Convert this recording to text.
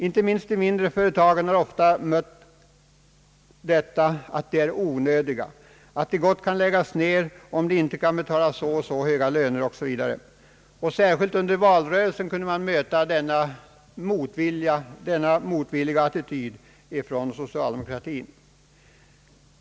Inte minst de mindre företagen har ofta mött påståendet att de är onödiga, att de gott kan läggas ner om de inte kan betala så och så höga löner, osv. Särskilt under valrörelsen kunde man möta denna attityd av motvilja från socialdemokratins sida.